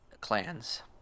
clans